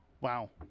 Wow